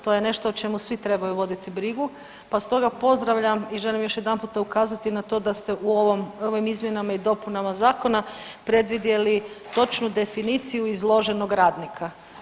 To je nešto o čemu svi trebaju voditi brigu, pa stoga pozdravljam i želim još jedanputa ukazati na to da ste u ovom, ovim izmjenama i dopunama zakona predvidjeli točnu definiciju izloženog radnika.